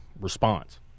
response